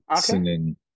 singing